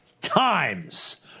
Times